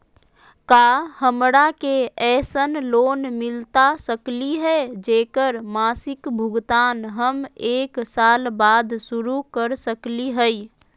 का हमरा के ऐसन लोन मिलता सकली है, जेकर मासिक भुगतान हम एक साल बाद शुरू कर सकली हई?